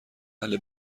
اهل